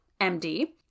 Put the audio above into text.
MD